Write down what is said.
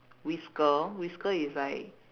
whisker whisker is like